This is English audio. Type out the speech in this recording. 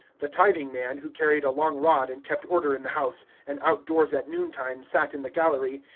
the tithing-man, who carried a long rod and kept order in the house, and out-doors at noontime, sat in the gallery,